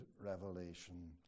revelation